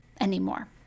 anymore